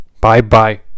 Bye-bye